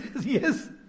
yes